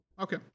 Okay